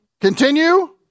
Continue